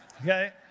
okay